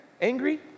angry